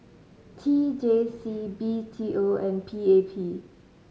T J C B T O and P A P